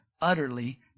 utterly